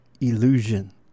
illusion